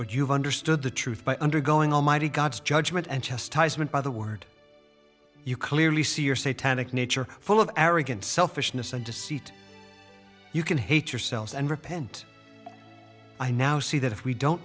but you've understood the truth by undergoing almighty god's judgement and chest ties meant by the word you clearly see your say tanach nature full of arrogance selfishness and deceit you can hate yourselves and repent i now see that if we don't